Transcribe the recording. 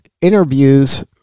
interviews